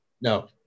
No